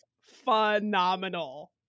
phenomenal